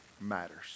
matters